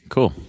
Cool